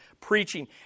preaching